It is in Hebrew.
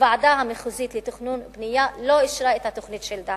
הוועדה המחוזית לתכנון ובנייה לא אישרה את התוכנית של דהמש.